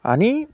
आणि